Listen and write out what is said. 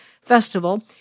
Festival